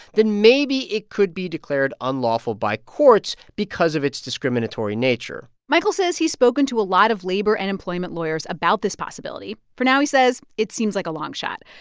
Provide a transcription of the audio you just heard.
then maybe it could be declared unlawful by courts because of its discriminatory nature michael says he's spoken to a lot of labor and employment lawyers about this possibility. for now, he says, it seems like a longshot,